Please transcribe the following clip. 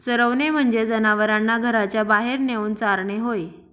चरवणे म्हणजे जनावरांना घराच्या बाहेर नेऊन चारणे होय